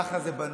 ככה זה בנוי.